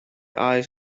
eyes